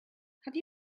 have